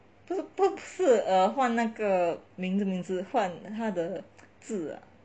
不不是换那个名字名字换它的字啊